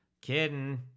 kidding